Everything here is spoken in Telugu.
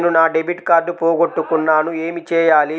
నేను నా డెబిట్ కార్డ్ పోగొట్టుకున్నాను ఏమి చేయాలి?